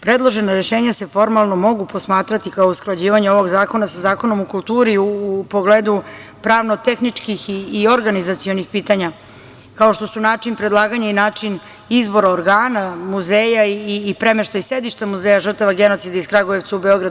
Predložena rešenja se formalno mogu posmatrati kao usklađivanje ovog zakona sa Zakonom o kulturi u pogledu pravno-tehničkih i organizacionih pitanja, kao što su način predlaganja i način izbora organa muzeja i premeštaj sedišta Muzeja žrtava genocida iz Kragujevca u Beograd.